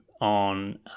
on